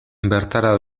bertara